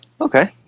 Okay